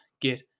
get